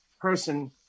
person